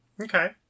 Okay